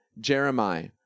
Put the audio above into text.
Jeremiah